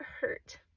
hurt